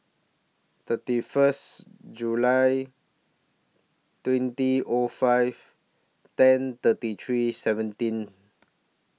thirty First July twenty ought five ten thirty three seventeen